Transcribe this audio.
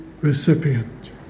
recipient